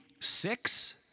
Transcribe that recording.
six